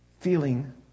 feeling